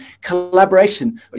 collaboration